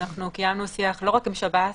אנחנו קיימנו שיח לא רק עם שב"ס,